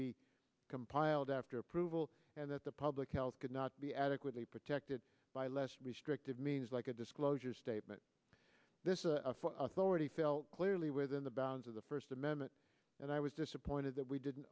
be compiled after approval and that the public health could not be adequately protected by less restrictive means like a disclosure statement this is a authority felt clearly within the bounds of the first amendment and i was disappointed that we didn't